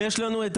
ויש לנו את